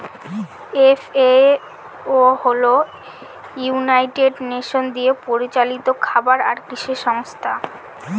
FAO হল United Nation দিয়ে পরিচালিত খাবার আর কৃষি সংস্থা